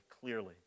clearly